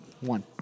One